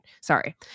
sorry